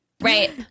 Right